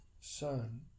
son